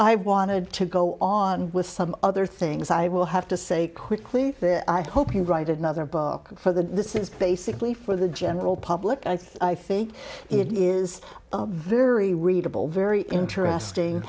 i wanted to go on with some other things i will have to say quickly i hope you write another book for the this is basically for the general public i think it is very readable very interesting